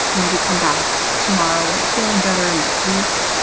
maybe come back tomorrow when you're feeling better next week?